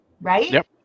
right